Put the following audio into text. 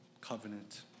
Covenant